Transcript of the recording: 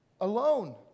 alone